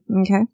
Okay